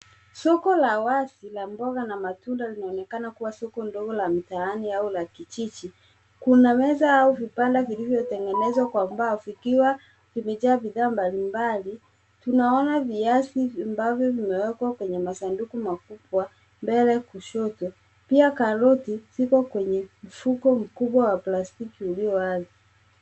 Soko la wazi la mboga na matunda linaonekana kuwa soko ndogo la mtaani au la kijiji. Kuna meza au vibanda vilivyotengenezwa kwa mbao vikiwa vimejaa bidhaa mbalimbali. Tunaona viazi ambavyo vimewekwa kwenye masanduku makubwa mbele kushoto. Pia karoti ziko kwenye mfuko mkubwa wa plastiki ulio wazi.